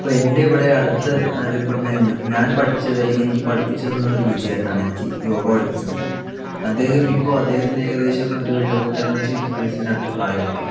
ഇപ്പോൾ എൻ്റെ ഇവിടെ അടുത്ത് അറിയപ്പെടുന്നകഴിഞ്ഞാൽ ഞാൻ പഠിച്ചത് അല്ലെങ്കിൽ എനിക്ക് പഠിപ്പിച്ച് തന്നതൊരു വിജയേട്ടനാണ് എനിക്ക് യോഗ പഠിപ്പിച്ചുതന്നത് അദ്ദേഹം ഇപ്പോൾ അദ്ദേഹതിനേകദേശം ഒരു എഴുപത്തഞ്ച് വയസ്സിനടുത്ത് പ്രായമുണ്ടാവും